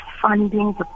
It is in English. funding